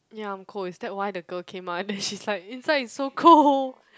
ya I'm cold is that why the girl came out and then she's like inside is so cold